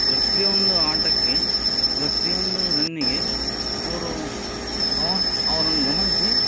ಪ್ರತಿಯೊಂದು ಆಟಕ್ಕೆ ಪ್ರತಿಯೊಂದು ರನ್ನಿಗೆ ಅವರು ಅವರನ್ನು ಗಮನಿಸಿ